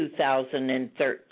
2013